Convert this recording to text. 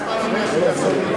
כמה זמן עוד יש לי לעשות את זה?